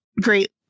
great